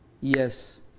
Yes